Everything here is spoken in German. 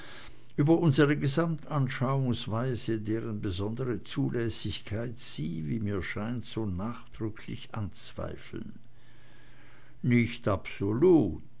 über unsre gesamtanschauungsweise deren besondere zulässigkeit sie wie mir scheint so nachdrücklich anzweifeln nicht absolut